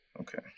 Okay